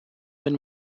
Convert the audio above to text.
wenn